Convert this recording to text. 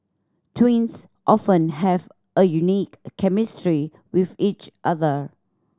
twins often have a unique chemistry with each other